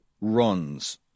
runs